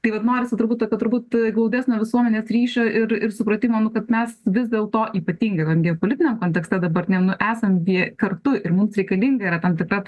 tai vat norisi turbūt tokio turbūt glaudesnio visuomenės ryšio ir ir supratimo nu kad mes vis dėl to ypatingai lange politiniam kontekste dabar nenu esam gi kartu ir mums reikalinga yra tam tikra